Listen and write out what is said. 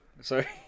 Sorry